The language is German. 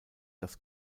das